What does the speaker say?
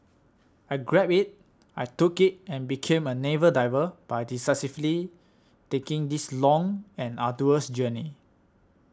I grabbed it I took it and became a naval diver by decisively taking this long and arduous journey